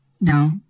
No